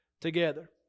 together